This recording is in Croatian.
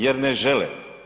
Jer ne žele.